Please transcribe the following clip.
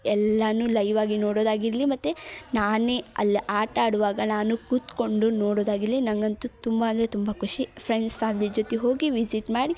ಎಲ್ಲನೂ ಲೈವ್ ಆಗಿ ನೋಡೋದಾಗಿರಲಿ ಮತ್ತು ನಾನೇ ಅಲ್ಲಿ ಆಟಾಡುವಾಗ ನಾನು ಕೂತುಕೊಂಡು ನೋಡೋದಾಗಿರಲಿ ನಂಗೆ ಅಂತೂ ತುಂಬ ಅಂದರೆ ತುಂಬ ಖುಷಿ ಫ್ರೆಂಡ್ಸ್ ಫ್ಯಾಮ್ಲಿ ಜೊತೆ ಹೋಗಿ ವಿಸಿಟ್ ಮಾಡಿ